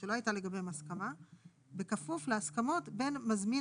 לעניין עובדים בתחום השמירה והאבטחה ובתחום הניקיון המועסקים בגוף מזכה,